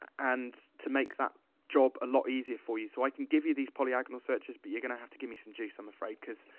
and, to make that job a lot easier for you. so i can give you these polyagonal searches, but you're gonna have to give me some juice, i'm afraid, cause,